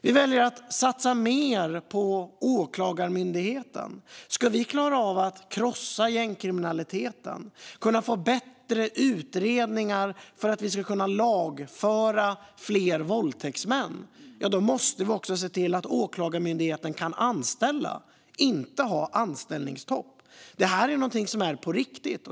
Vi väljer att satsa mer på Åklagarmyndigheten. Ska vi klara av att krossa gängkriminaliteten, kunna få bättre utredningar för att vi ska kunna lagföra fler våldtäktsmän, måste vi också se till att Åklagarmyndigheten kan anställa och inte ha anställningsstopp. Detta är någonting som är på riktigt.